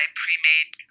pre-made